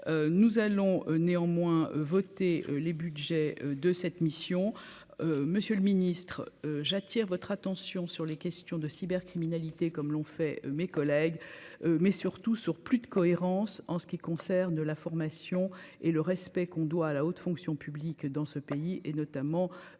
nous allons néanmoins voté les Budgets de cette mission, monsieur le Ministre, j'attire votre attention sur les questions de cybercriminalité, comme l'ont fait mes collègues mais surtout sur plus de cohérence en ce qui concerne la formation et le respect qu'on doit à la haute fonction publique dans ce pays et notamment nos